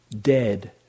dead